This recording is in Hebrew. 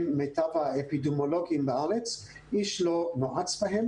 מיטב האפידמיולוגים בארץ ואיש לא נועץ בהם.